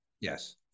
yes